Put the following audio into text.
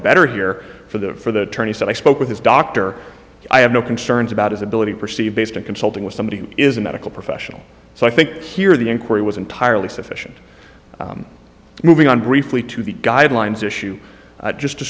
better here for the for the attorneys that i spoke with his doctor i have no concerns about his ability to perceive based on consulting with somebody who is a medical professional so i think here the inquiry was entirely sufficient moving on briefly to the guidelines issue just